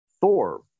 Thor